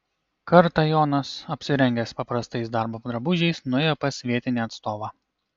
kartą jonas apsirengęs paprastais darbo drabužiais nuėjo pas vietinį atstovą